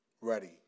ready